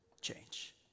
change